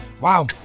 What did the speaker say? Wow